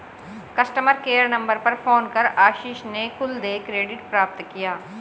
customer care number पर phone कर आशीष ने कुल देय क्रेडिट प्राप्त किया